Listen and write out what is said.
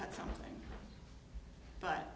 cut something but